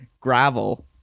gravel